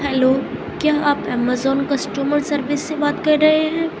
hello کیا آپ Amazon customer service سے بات کر رہے ہیں